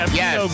yes